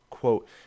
Quote